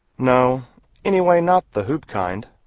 no anyway, not the hoop kind.